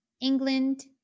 England